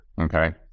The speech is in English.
Okay